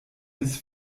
bis